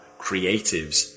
creatives